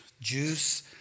juice